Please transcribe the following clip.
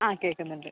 ആ കേൾക്കുന്നുണ്ട്